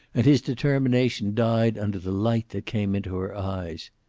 and his determination died under the light that came in her eyes.